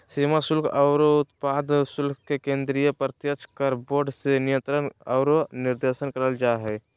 सीमा शुल्क आरो उत्पाद शुल्क के केंद्रीय प्रत्यक्ष कर बोर्ड से नियंत्रण आरो निर्देशन करल जा हय